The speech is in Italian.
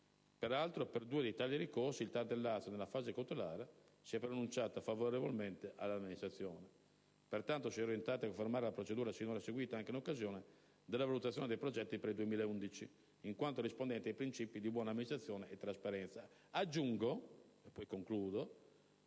Peraltro, per due di tali ricorsi, il TAR del Lazio, nella fase cautelare, si è pronunciato favorevolmente all'amministrazione. Pertanto, si è orientati a confermare la procedura finora seguita anche in occasione della valutazione dei progetti per il 2011, in quanto rispondente ai principi di buona amministrazione e trasparenza.